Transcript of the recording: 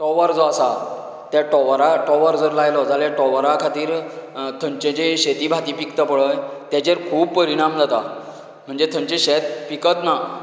tower जो आसा त्या टोवरा टोवर जर लायलो जाल्यार टोवरा खातीर थंयचें जे शेती भाती पिकता पळय तेजेर खूब परिणाम जाता म्हणजे थंयचें शेत पिकच ना